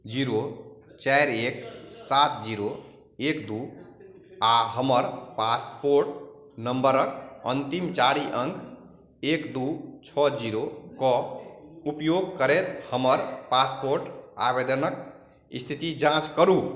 zero चारि एक सात जीरो एक दू आ हमर पासपोर्ट नम्बरक अन्तिम चारि अंक एक दू छओ जीरोके उपयोग करैत हमर पासपोर्ट आवेदनक स्थिति जाँच करू